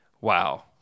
wow